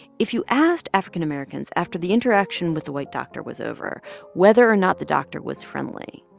if you asked african-americans after the interaction with the white doctor was over whether or not the doctor was friendly,